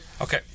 Okay